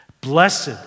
blessed